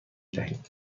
دهیم